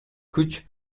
күч